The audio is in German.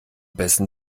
besten